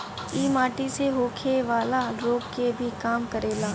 इ माटी से होखेवाला रोग के भी कम करेला